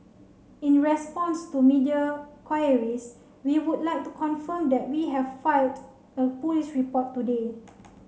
in response to media queries we would like to confirm that we have filed a police report today